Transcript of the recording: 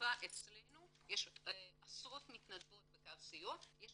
בחיפה אצלנו יש עשרות מתנדבות בקו סיוע, ויש